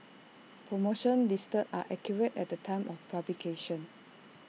promotions listed are accurate at the time of publication